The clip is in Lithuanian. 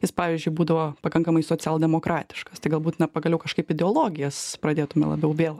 jis pavyzdžiui būdavo pakankamai socialdemokratiškas tai galbūt na pagaliau kažkaip ideologijas pradėtume labiau vėl